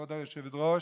כבוד היושבת-ראש,